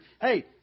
hey